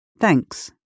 Thanks